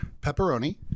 Pepperoni